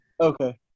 Okay